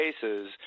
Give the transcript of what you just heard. cases